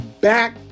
back